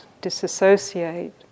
disassociate